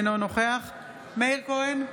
אינו נוכח מאיר כהן,